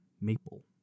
Maple